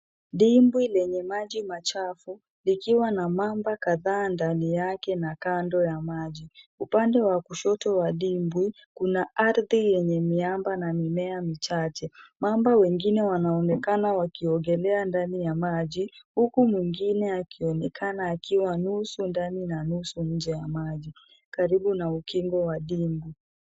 Dimbwi lenye maji machafu likiwa na mamba kadhaa ndani yake na kando ya maji. Upande wa kushoto wa dimbwi kuna ardhi yenye miamba na mimea michache. Mamba wengine wanaonekana wakiogelea ndani ya maji huku mwingine akionekana akiwa nusu ndani na nusu nje ya maji karibu na ukingo wa dimbwi.